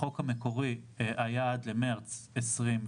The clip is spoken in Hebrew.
החוק המקורי היה עד מרץ 2021,